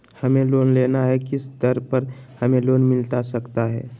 हमें लोन लेना है किस दर पर हमें लोन मिलता सकता है?